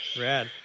Rad